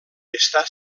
està